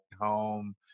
home